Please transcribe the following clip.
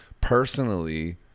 personally